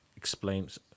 explains